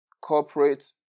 corporate